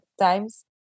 times